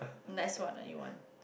next what are you want